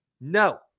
No